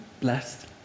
blessed